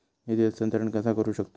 निधी हस्तांतर कसा करू शकतू?